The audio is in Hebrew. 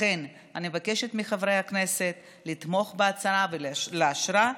לכן אני מבקשת מחברי הכנסת לתמוך בהצעה ולאשרה,